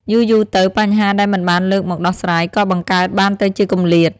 យូរៗទៅ បញ្ហាដែលមិនបានលើកមកដោះស្រាយក៏បង្កើតបានទៅជាគម្លាត។